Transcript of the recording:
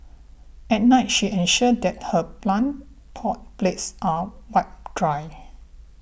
at night she ensures that her plant pot plates are wiped dry